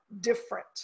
different